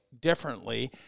differently